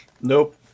Nope